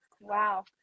wow